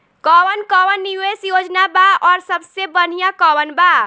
कवन कवन निवेस योजना बा और सबसे बनिहा कवन बा?